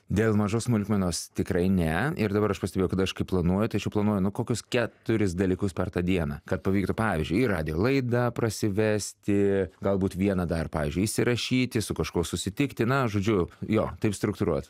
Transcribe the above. dėl mažos smulkmenos tikrai ne ir dabar aš pastebėjau kada aš kai planuoju tai aš jau planuoju nu kokius keturis dalykus per tą dieną kad pavyktų pavyzdžiui ir radijo laidą prasivesti galbūt vieną dar pavyzdžiui įsirašyti su kažkuo susitikti na žodžiu jo taip struktūruot